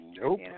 Nope